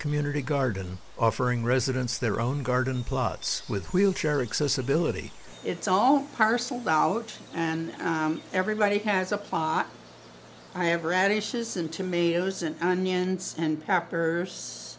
community garden offering residents their own garden plots with wheelchair access ability it's all parcelled out and everybody has a pot i have radishes and tomatoes and onions and peppers